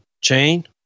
chain